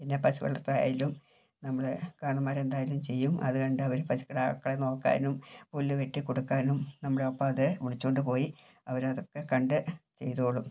പിന്നെ പശുവളർത്തൽ ആയാലും നമ്മൾ കാർണോമ്മാർ എന്തായാലും ചെയ്യും അത് കണ്ട് അവർ പശുക്കിടാക്കളെ നോക്കാനും പുല്ലുവെട്ടി കൊടുക്കാനും നമ്മുടെ ഒപ്പം അത് വിളിച്ചോണ്ട് പോയി അവരതൊക്കെ കണ്ട് ചെയ്തോളും